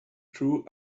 true